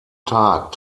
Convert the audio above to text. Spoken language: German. tag